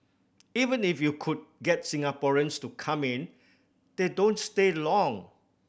even if you could get Singaporeans to come in they don't stay long